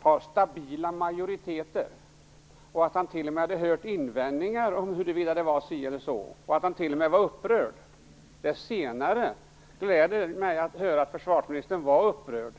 har stabila majoriteter, att han t.o.m. hade hört invändningar huruvida det var si eller så och att han t.o.m. var upprörd. Det gläder mig att höra att försvarsministern var upprörd.